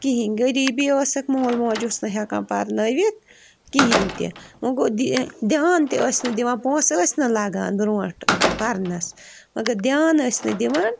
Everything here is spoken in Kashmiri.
کِہیٖنٛۍ غریٖبی ٲسٕکھ مول موج اوس نہٕ ہٮ۪کان پرنٲوِتھ کِہیٖنٛۍ تہِ وۅنۍ گوٚو دِ دھیان تہِ ٲسۍ نہٕ دِوان پۄنٛسہٕ ٲسۍ نہٕ لَگان برٛونٛٹھ پرنس مگر دھیان ٲسۍ نہٕ دِوان